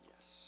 Yes